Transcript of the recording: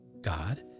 God